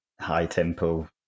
high-tempo